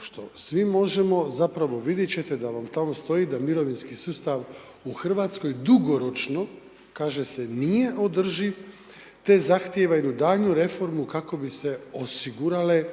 što svi možemo zapravo vidjeti ćete da vam tamo stoji da mirovinski sustav u Hrvatskoj dugoročno kaže se nije održiv te zahtjeva jednu daljnju reformu kako bi se osigurale